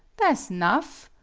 tha' s nough.